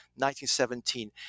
1917